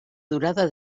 durada